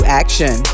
action